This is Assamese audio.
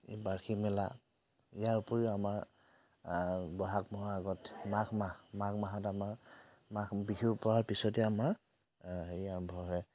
এই বাৰ্ষিক মেলা ইয়াৰ উপৰিও আমাৰ বহাগ মাহৰ আগত মাঘ মাহ মাঘ মাহত আমাৰ মাঘ বিহু পৰাৰ পিছতে আমাৰ হেৰি আৰম্ভ হয়